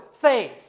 faith